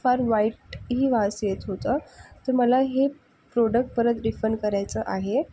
फार वाईटही वास येत होतं तर मला हे प्रोडक्ट परत रिटर्न करायचं आहे